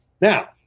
Now